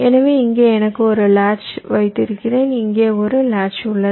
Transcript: எனவே இங்கே எனக்கு ஒரு லாட்ச் வைத்திருக்கிறேன் இங்கே ஒரு லாட்ச் உள்ளது